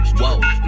whoa